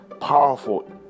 powerful